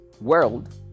world